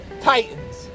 Titans